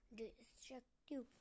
destructive